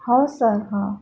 हो सर हां